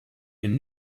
and